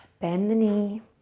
bend the knee.